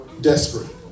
desperate